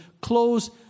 close